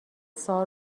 سوال